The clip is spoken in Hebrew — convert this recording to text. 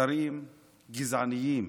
שרים גזעניים